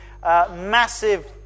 massive